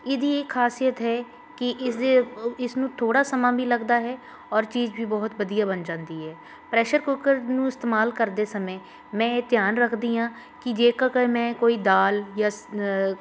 ਇਹਦੀ ਇਹ ਖਾਸੀਅਤ ਹੈ ਕਿ ਇਸਦੇ ਇਸਨੂੰ ਥੋੜ੍ਹਾ ਸਮਾਂ ਵੀ ਲੱਗਦਾ ਹੈ ਔਰ ਚੀਜ਼ ਵੀ ਬਹੁਤ ਵਧੀਆ ਬਣ ਜਾਂਦੀ ਹੈ ਪ੍ਰੈਸ਼ਰ ਕੁੱਕਰ ਨੂੰ ਇਸਤੇਮਾਲ ਕਰਦੇ ਸਮੇਂ ਮੈਂ ਇਹ ਧਿਆਨ ਰੱਖਦੀ ਹਾਂ ਕਿ ਜੇਕਰ ਮੈਂ ਕੋਈ ਦਾਲ ਜਾਂ ਸ